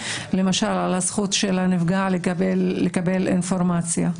למשל הזכות של הנפגע לקבל אינפורמציה,